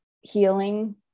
healing